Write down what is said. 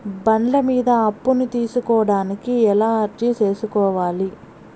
బండ్ల మీద అప్పును తీసుకోడానికి ఎలా అర్జీ సేసుకోవాలి?